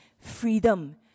freedom